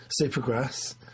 Supergrass